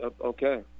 okay